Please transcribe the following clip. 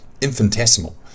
infinitesimal